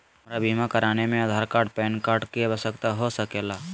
हमरा बीमा कराने में आधार कार्ड पैन कार्ड की आवश्यकता हो सके ला?